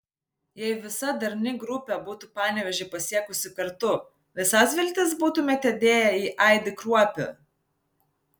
jei visa darni grupė būtų panevėžį pasiekusi kartu visas viltis būtumėte dėję į aidį kruopį